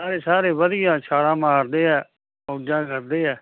ਸਾਰੇ ਵਧੀਆ ਛਾਲਾਂ ਮਾਰਦੇ ਆ ਮੌਜਾਂ ਕਰਦੇ ਆ